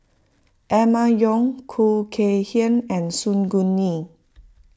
Emma Yong Khoo Kay Hian and Su Guaning